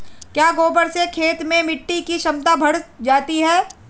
क्या गोबर से खेत में मिटी की क्षमता बढ़ जाती है?